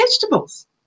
vegetables